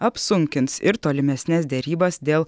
apsunkins ir tolimesnes derybas dėl